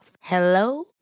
Hello